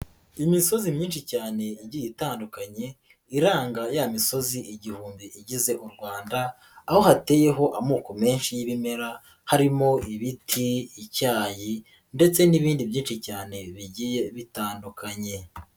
Imisozi myinshi cyane igiye itandukanye iranga ya misozi igihumbi igize u Rwanda, aho hateyeho amoko menshi y'ibimera harimo ibiti, icyayi ndetse n'ibindi byinshi cyane bigiye bitandukanye.